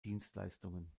dienstleistungen